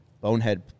bonehead